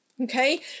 okay